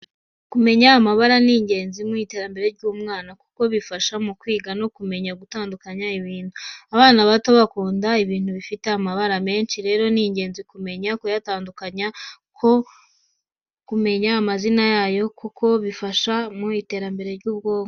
Kumenya amabara ni ingenzi mu iterambere ry'umwana, kuko bifasha mu kwiga no kumenya gutandukanya ibintu. Abana bato bakunda ibintu bifite amabara menshi, rero ni ingenzi kumenya kuyatandukanya ko kumenya amazina yayo kuko bifasha mu iterambere ry'ubwonko.